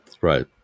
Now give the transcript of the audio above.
Right